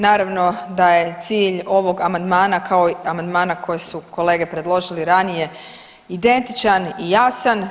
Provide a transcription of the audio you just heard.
Naravno da je cilj ovog amandmana kao i amandmana koji su kolege predložili ranije identičan i jasan.